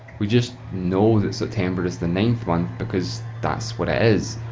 we just know that september is the ninth month, because that's what it is.